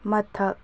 ꯃꯊꯛ